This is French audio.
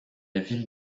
ville